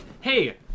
Hey